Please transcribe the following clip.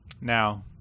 now